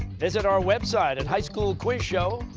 visit our website at highschoolquizshow